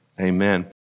amen